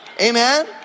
Amen